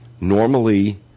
normally